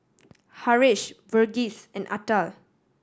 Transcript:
Haresh Verghese and Atal